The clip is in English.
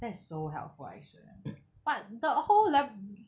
that is so helpful actually but the whole lab